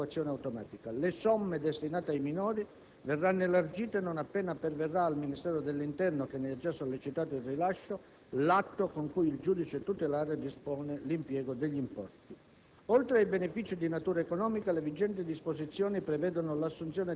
Detto importo, non reversibile, è esente dall'IRPEF ed è soggetto a perequazione automatica. Le somme destinate ai minori verranno elargite non appena perverrà al Ministero dell'interno, che ne ha già sollecitato il rilascio, l'atto con cui il giudice tutelare dispone l'impiego degli importi.